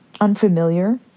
unfamiliar